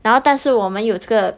然后但是我们有这个